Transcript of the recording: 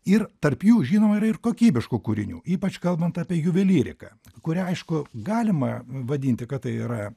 ir tarp jų žinoma yra ir kokybiško kūrinių ypač kalbant apie juvelyriką kurią aišku galima vadinti kad tai yra